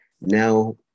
Now